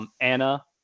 Anna